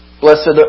blessed